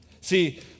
See